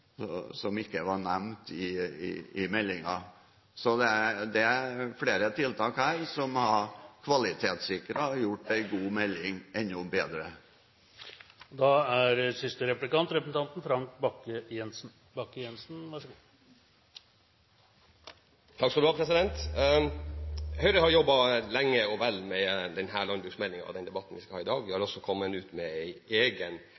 som ikke var nevnt i meldingen. Så det er flere tiltak her som har kvalitetssikret og gjort en god melding enda bedre. Høyre har jobbet lenge og vel med denne landbruksmeldingen i forbindelse med debatten vi har her i dag. Vi har også kommet med en egen